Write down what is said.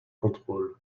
contrôle